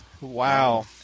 wow